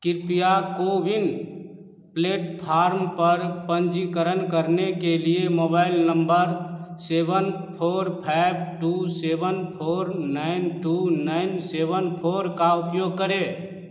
कृपया CoWIN platform पर पंजीकरण करने के लिए mobile number seven four five two seven four nine two nine seven four का उपयोग करें